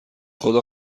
خدا